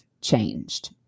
changed